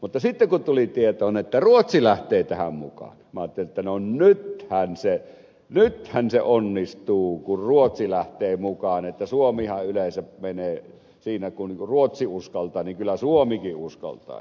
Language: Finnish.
mutta sitten kun tuli tietoon että ruotsi lähtee tähän mukaan minä ajattelin että no nythän se onnistuu kun ruotsi lähtee mukaan suomihan yleensä menee siten että kun ruotsi uskaltaa niin kyllä suomikin uskaltaa